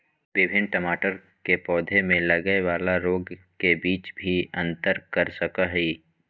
विभिन्न टमाटर के पौधा में लगय वाला रोग के बीच भी अंतर कर सकय हइ